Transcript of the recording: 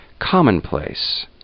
commonplace